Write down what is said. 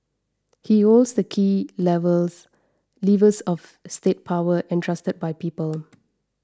he holds the key levels levers of state power entrusted by people